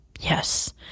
Yes